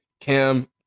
Cam